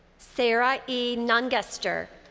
sarah e. nungester.